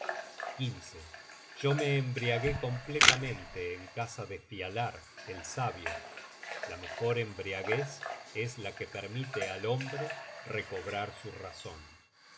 gunloeda yo me embriagué completamente en casa de fialar el sabio la mejor embriaguez es la que permite al hombre recobrar su razon